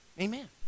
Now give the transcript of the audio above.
amen